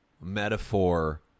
metaphor